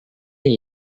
yang